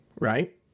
right